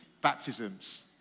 baptisms